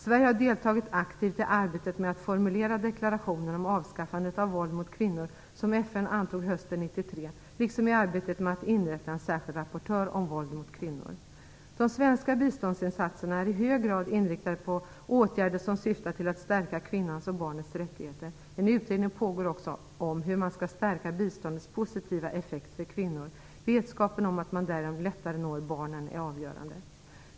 Sverige har deltagit aktivt i arbetet med att formulera deklarationen om avskaffande av våld mot kvinnor, som FN antog hösten 1993, liksom i arbetet med att inrätta en särskild rapportör om våld mot kvinnor. De svenska biståndsinsatserna är i hög grad inriktade på åtgärder som syftar till att stärka kvinnans och barnets rättigheter. En utredning pågår också om hur man skall stärka biståndets positiva effekt för kvinnor. Vetskapen om att man därigenom lättare når barnen är avgörande.